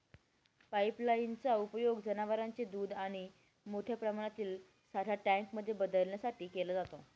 pipeline चा उपयोग जनवरांचे दूध थंडी आणि मोठ्या प्रमाणातील साठा टँक मध्ये बदलण्यासाठी केला जातो